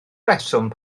rheswm